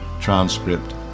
transcript